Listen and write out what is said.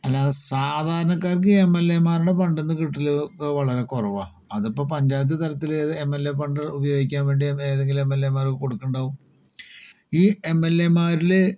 അല്ലാതെ സാധാരണക്കാർക്ക് M L എമാരുടെ ഫണ്ടിൽ നിന്ന് കിട്ടൽ ഒക്കെ വളരെ കുറവാ അതിപ്പോൾ പഞ്ചായത്ത് തലത്തില് എം എൽ എ ഫണ്ട് ഉപയോഗിക്കാൻ വേണ്ടി ഇപ്പോൾ ഏതെങ്കിലും എം എൽ എമാര് കൊടുക്കുന്നുണ്ടാകും ഈ എം എൽ എമാരിൽ